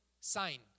sign